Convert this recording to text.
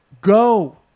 Go